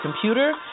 computer